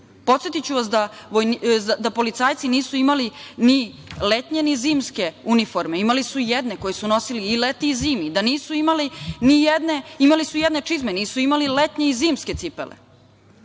Podsetiću vas da policajci nisu imali ni letnje, ni zimske uniforme. Imali su jedne koji su nosili i leti i zimi, da nisu imali nijedne, imali su jedne čizme, nisu imali letnje i zimske cipele.